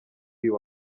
uyu